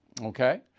Okay